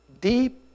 Deep